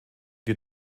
die